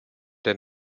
der